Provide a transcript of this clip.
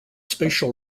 spatial